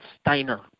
Steiner